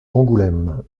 angoulême